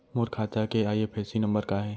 मोर खाता के IFSC number का हे?